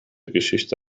geschichte